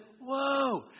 whoa